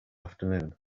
afternoon